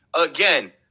again